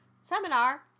Seminar